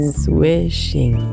swishing